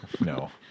no